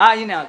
הנה את.